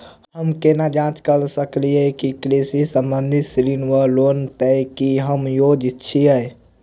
हम केना जाँच करऽ सकलिये की कृषि संबंधी ऋण वा लोन लय केँ हम योग्य छीयै?